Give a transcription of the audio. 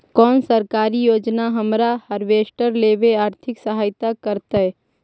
कोन सरकारी योजना हमरा हार्वेस्टर लेवे आर्थिक सहायता करतै?